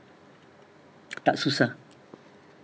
tak susah